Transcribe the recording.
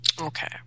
Okay